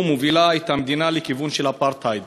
מובילה את המדינה לכיוון של אפרטהייד.